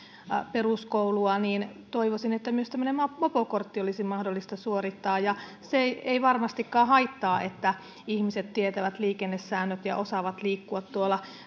peruskoulua ja toivoisin että myös mopokortti olisi mahdollista suorittaa se ei ei varmastikaan haittaa että ihmiset tietävät liikennesäännöt ja osaavat liikkua tuolla